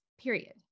period